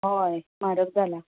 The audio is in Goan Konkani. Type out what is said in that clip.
हय म्हारग जाला